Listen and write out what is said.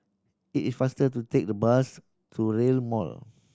it is faster to take the bus to Rail Mall